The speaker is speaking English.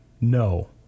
no